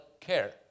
care